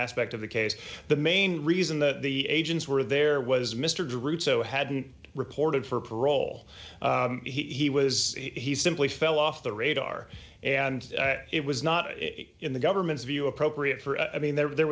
aspect of the case the main reason that the agents were there was mr druitt so hadn't reported for parole he was he simply fell off the radar and it was not in the government's view appropriate for a being there there